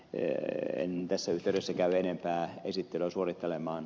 en tässä yhteydessä käy enempää esittelyä suorittelemaan